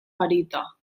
garita